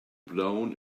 blown